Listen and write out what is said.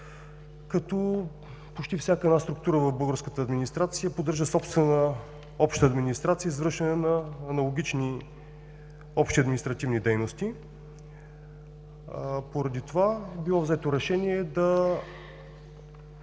като почти всяка една структура в българската администрация поддържа собствена обща администрация за извършване на аналогични общи административни дейности. Поради това е било взето решение да